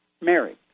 Mary